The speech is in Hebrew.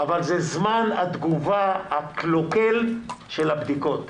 אבל זה זמן התגובה הקלוקל של הבדיקות.